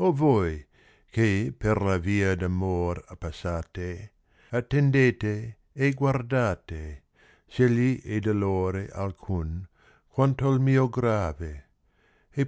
l voi che per la via d'amor passate attendete e guardate s egli è dolore alcun quanto l mio grave